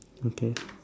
okay